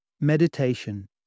Meditation